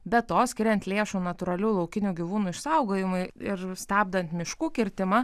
be to skiriant lėšų natūralių laukinių gyvūnų išsaugojimui ir stabdant miškų kirtimą